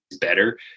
better